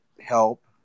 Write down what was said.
help